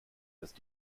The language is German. ist